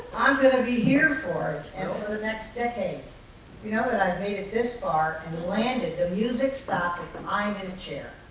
i'm gonna be here for it and for the next decade, you know, that i've made it this far and landed. the music stopped and i'm in a chair.